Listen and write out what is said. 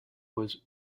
was